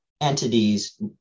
entities